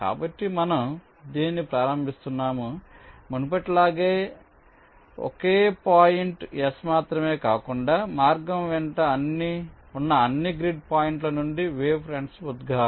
కాబట్టి మనం దీనిని ప్రారంభిస్తున్నాము మునుపటిలాగే ఒకే పాయింట్ S మాత్రమే కాకుండా మార్గం వెంట ఉన్న అన్ని గ్రిడ్ పాయింట్ల నుండి వేవ్ ఫ్రంట్ ఉద్గారం